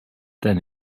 then